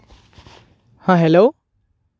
ᱦᱮᱸ ᱦᱮᱞᱳ